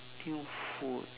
new food